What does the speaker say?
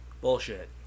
Bullshit